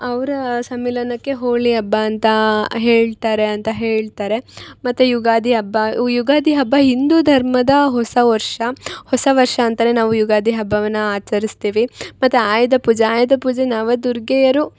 ಅವ್ರಾ ಸಮ್ಮಿಲನಕ್ಕೆ ಹೋಳಿ ಹಬ್ಬ ಅಂತಾ ಹೇಳ್ತಾರೆ ಅಂತ ಹೇಳ್ತಾರೆ ಮತ್ತು ಯುಗಾದಿ ಹಬ್ಬ ಉ ಯುಗಾದಿ ಹಬ್ಬ ಹಿಂದು ಧರ್ಮದ ಹೊಸ ವರ್ಷ ಹೊಸ ವರ್ಷ ಅಂತಾನೇ ನಾವು ಯುಗಾದಿ ಹಬ್ಬವನ್ನ ಆಚರಿಸ್ತೀವಿ ಮತ್ತು ಆಯುಧ ಪೂಜ ಆಯುಧ ಪೂಜೆ ನವದುರ್ಗೆಯರು